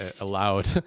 allowed